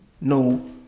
no